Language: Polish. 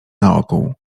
naokół